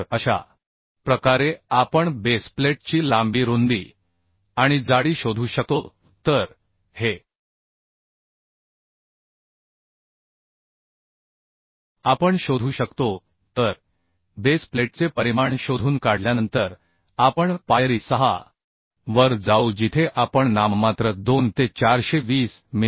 तर अशा प्रकारे आपण बेस प्लेटची लांबी रुंदी आणि जाडी शोधू शकतो तर हे आपण शोधू शकतो तर बेस प्लेटचे परिमाण शोधून काढल्यानंतर आपण पायरी 6 वर जाऊ जिथे आपण नाममात्र 2 ते 420 मि